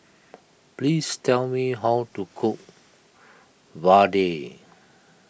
please tell me how to cook Vadai